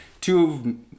two